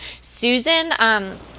Susan